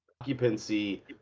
occupancy